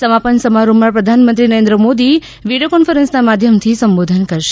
સમાપન સમારોહમાં પ્રધાનમંત્રી નરેન્દ્ર મોદી વીડીયો કોન્ફરન્સના માધ્યમથી સંબોધન કરશે